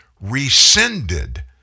rescinded